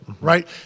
Right